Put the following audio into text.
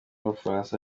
bufaransa